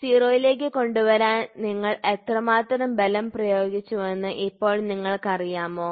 0 ലേക്ക് കൊണ്ടുവരാൻ നിങ്ങൾ എത്രമാത്രം ബലം പ്രയോഗിച്ചുവെന്ന് ഇപ്പോൾ നിങ്ങൾക്കറിയാമോ